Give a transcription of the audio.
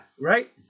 Right